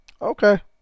Okay